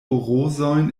rozojn